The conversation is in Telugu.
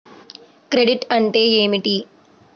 క్రెడిట్ అంటే ఏమిటి?